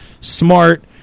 smart